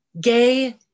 gay